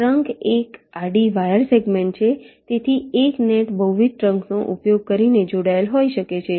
ટ્રંક એક આડી wire segment છે તેથી એક નેટ બહુવિધ ટ્રંક નો ઉપયોગ કરીને જોડાયેલ હોઈ શકે છે